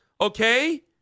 okay